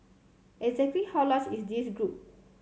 exactly how large is this group